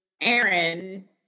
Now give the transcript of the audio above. Aaron